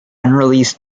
unreleased